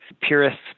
purists